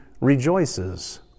rejoices